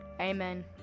amen